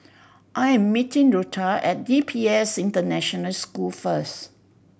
I am meeting Rutha at D P S International School first